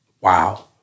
wow